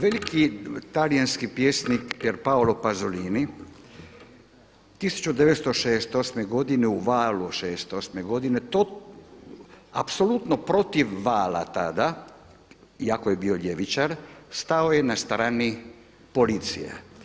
Veliki talijanski pjesnik Pier Paolo Pasolini 1968. godine u valu 68. godine apsolutno protiv vala tada, iako je bio ljevičar stao je na stranu policije.